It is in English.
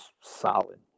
solid